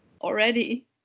already